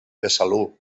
besalú